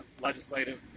legislative